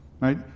Right